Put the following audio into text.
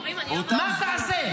מה תעשה?